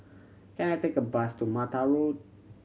can I take a bus to Mattar Road